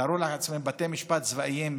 תארו לעצמכם שבבתי משפט צבאיים,